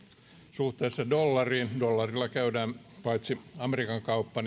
suhteessa dollariin dollarilla käydään paitsi amerikan kauppa